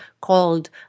called